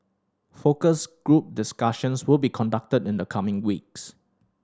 focus group discussions will be conducted in the coming weeks